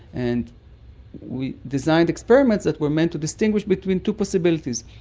and we designed experiments that were meant to distinguish between two possibilities.